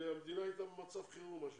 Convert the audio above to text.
כי המדינה הייתה במצב חירום מה שנקרא.